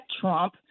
Trump